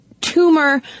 tumor